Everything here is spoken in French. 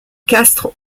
castres